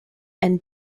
and